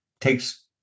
takes